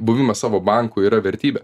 buvimas savo banku yra vertybė